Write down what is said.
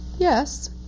Yes